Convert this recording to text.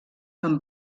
amb